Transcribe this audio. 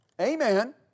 Amen